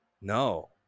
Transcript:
No